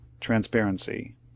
Transparency